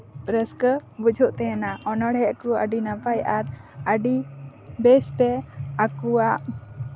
ᱨᱟᱹᱥᱠᱟᱹ ᱵᱩᱡᱷᱟᱹᱜ ᱛᱟᱦᱮᱸᱱᱟ ᱚᱱᱚᱲᱦᱮᱸᱫ ᱠᱚ ᱟᱹᱰᱤ ᱱᱟᱯᱟᱭ ᱟᱨ ᱟᱹᱰᱤ ᱵᱮᱥᱛᱮ ᱟᱠᱚᱣᱟᱜ